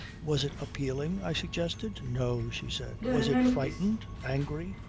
was it appealing? i suggested. no, she said. was it frightened, angry,